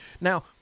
Now